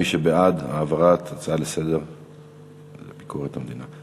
מי שבעד העברת ההצעה לסדר-היום לוועדה לביקורת המדינה.